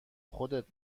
خودت